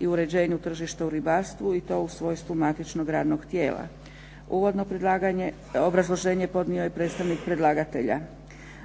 i uređenju tržišta u ribarstvu i to u svojstvu matičnog radnog tijela. Uvodno obrazloženje podnio je predstavnik predlagatelja.